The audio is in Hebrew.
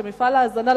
שמפעל ההזנה,